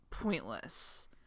pointless